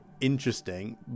interesting